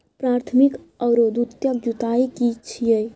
प्राथमिक आरो द्वितीयक जुताई की छिये?